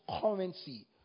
currency